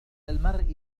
المرء